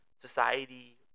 society